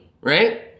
right